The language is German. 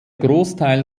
großteil